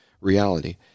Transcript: reality